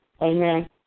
Amen